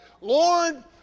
Lord